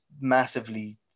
massively